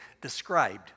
described